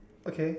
okay